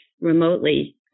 remotely